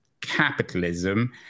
capitalism